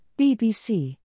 BBC